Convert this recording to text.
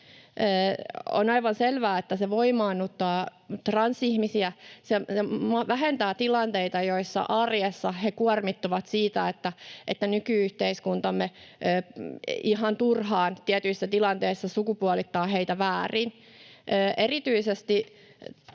On aivan selvää, että se voimaannuttaa transihmisiä, se vähentää tilanteita, joissa arjessa he kuormittuvat siitä, että nyky-yhteiskuntamme ihan turhaan tietyissä tilanteissa sukupuolittaa heitä väärin. Erityisesti